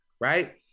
right